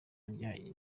rya